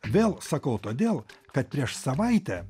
vėl sakau todėl kad prieš savaitę